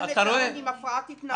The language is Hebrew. תסמונת דאון עם הפרעת התנהגות.